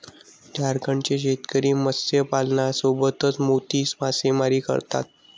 झारखंडचे शेतकरी मत्स्यपालनासोबतच मोती मासेमारी करतात